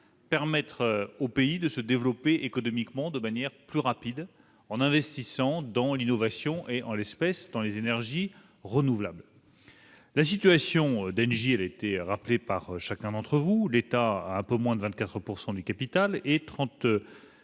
permettre à notre pays de se développer économiquement de manière plus rapide, en investissant dans l'innovation et, en l'espèce, dans les énergies renouvelables. La situation d'Engie a été rappelée par chacun d'entre vous : l'État, qui a un peu moins de 24 % du capital et 34